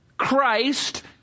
Christ